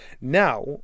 now